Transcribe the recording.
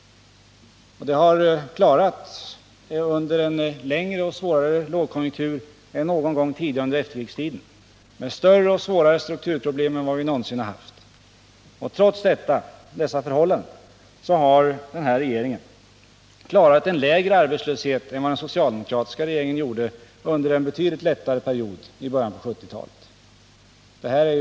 Det har klarats under en längre och svårare lågkonjunktur än någon gång tidigare under efterkrigstiden, med större och svårare strukturproblem än vi någonsin har haft. Trots dessa förhållanden har den nuvarande regeringen klarat en lägre arbetslöshet än vad den socialdemokratiska regeringen gjorde under en betydligt lättare period i början av 1970-talet.